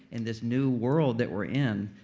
in this new world that we're in,